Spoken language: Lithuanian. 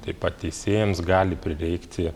taip pat teisėjams gali prireikti